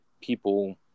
people